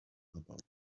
about